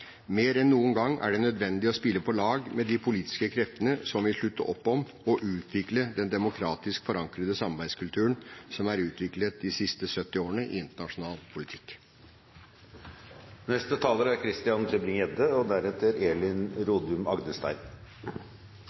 Mer enn noen gang er det nødvendig å spille på lag med de politiske kreftene som vil slutte opp om og utvikle den demokratisk forankrede samarbeidskulturen som er utviklet de siste 70 årene i internasjonal politikk. Uten å ty til klisjeer er